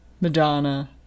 Madonna